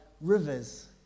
rivers